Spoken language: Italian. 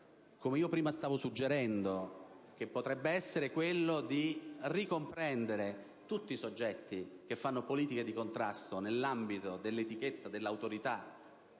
come prima suggerivo, che potrebbe essere quello di ricomprendere tutti i soggetti che realizzano politiche di contrasto nell'ambito dell'etichetta dell'Autorità